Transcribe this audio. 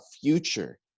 future